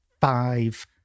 five